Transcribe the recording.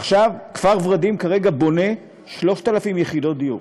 כפר ורדים כרגע בונה 3,000 יחידות דיור.